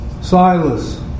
Silas